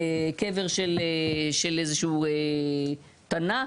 קבר של איזשהו תנא,